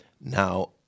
Now